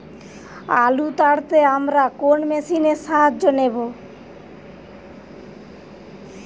আলু তাড়তে আমরা কোন মেশিনের সাহায্য নেব?